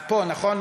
את פה, נכון?